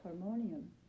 harmonium